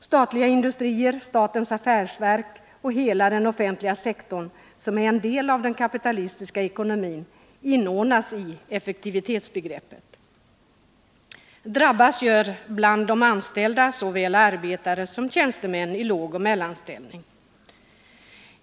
Statliga industrier, statens affärsverk och hela den offentliga sektorn, som är en del av den kapitalistiska ekonomin, inordnas i effektivitetsbegreppet. Drabbas gör bland de anställda såväl arbetare som tjänstemän i lågoch mellanställning.